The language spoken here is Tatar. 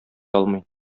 алмый